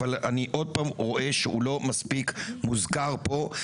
אבל אני עוד פעם רואה שהוא לא מספיק מוזכר פה.